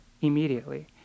immediately